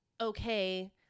okay